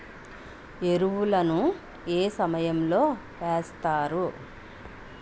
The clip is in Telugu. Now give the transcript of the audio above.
ఎరువుల ను ఏ సమయం లో వేస్తారు?